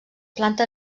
planta